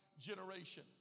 generation